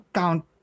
count